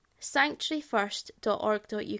Sanctuaryfirst.org.uk